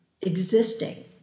existing